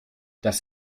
das